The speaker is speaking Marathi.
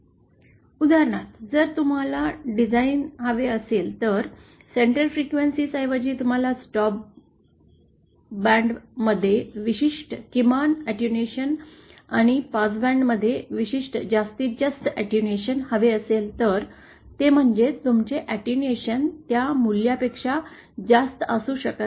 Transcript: उदाहरणार्थ जर तुम्हाला डिझाईन हवे असेल तर शंटर फ्रिक्वेन्सीऐवजी तुम्हाला स्टॉप बँड मध्ये विशिष्ट किमान अॅटेन्युएशन आणि पासबँड मध्ये विशिष्ट जास्तीत जास्त अॅटेन्युएशन हवे असेल तर ते म्हणजे तुमचे अॅटेन्युएशन त्या मूल्यापेक्षा जास्त असू शकत नाही